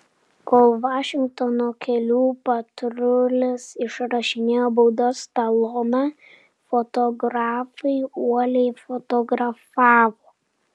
kol vašingtono kelių patrulis išrašinėjo baudos taloną fotografai uoliai fotografavo